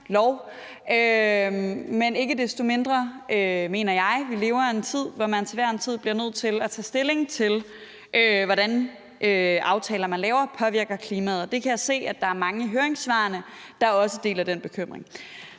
men ikke desto mindre mener jeg, at vi lever i en tid, hvor man altid bliver nødt til at tage stilling til, hvordan de aftaler, man laver, påvirker klimaet. Jeg kan se, at der er mange i høringssvarene, der også deler den bekymring.